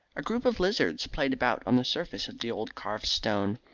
a group of lizards played about on the surface of the old carved stone.